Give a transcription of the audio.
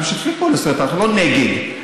זאת אומרת, אנחנו לא נגד.